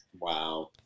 Wow